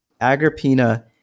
Agrippina